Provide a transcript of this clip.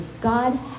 God